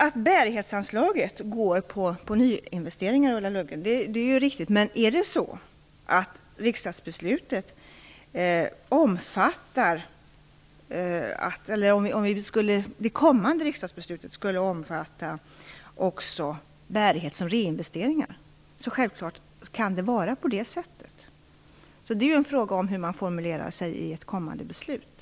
Att bärighetsanslaget hör till nyinvesteringarna är riktigt, Ulla Löfgren, men om det kommande riksdagsbeslutet skulle omfatta också bärighet som reinvesteringar kan det självklart vara på det sättet. Det är ju en fråga om hur man formulerar sig i ett kommande beslut.